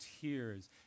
tears